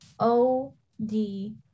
O-D